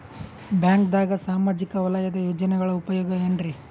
ಬ್ಯಾಂಕ್ದಾಗ ಸಾಮಾಜಿಕ ವಲಯದ ಯೋಜನೆಗಳ ಉಪಯೋಗ ಏನ್ರೀ?